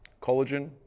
collagen